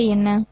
நன்றாக